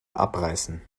abreißen